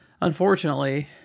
unfortunately